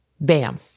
bam